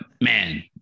man